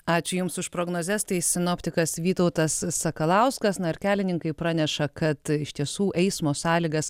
ačiū jums už prognozes tai sinoptikas vytautas sakalauskas na ir kelininkai praneša kad iš tiesų eismo sąlygas